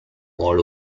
war